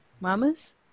Mama's